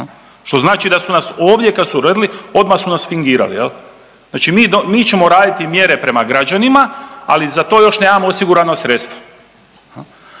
što znači da su nas ovdje kad su radili, odmah su nas fingirali jel. Znači mi do…, mi ćemo raditi mjere prema građanima, ali za to još nemamo osigurana sredstva